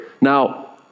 Now